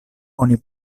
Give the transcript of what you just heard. oni